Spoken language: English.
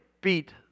beat